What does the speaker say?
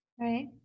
right